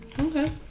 okay